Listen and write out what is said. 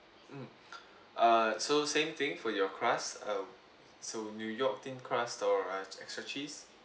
mm uh so same thing for your crust uh so new york thin crust or uh extra cheese